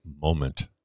moment